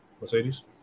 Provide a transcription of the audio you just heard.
Mercedes